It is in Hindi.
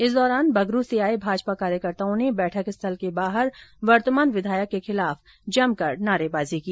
इस दौरान बगरू से आये भाजपा कार्यकर्ताओं ने बैठक स्थल के बाहर वर्तमान विधायक के खिलाफ जमकर नारेबाजी की